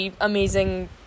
Amazing